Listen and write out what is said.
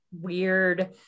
weird